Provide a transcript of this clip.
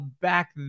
back